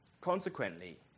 consequently